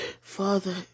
Father